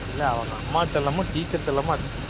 இல்லை அவங்க அம்மா செல்லமும் டீச்சர் செல்லமும் அதிகம்